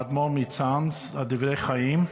האדמו"ר מצאנז, "הדברי חיים",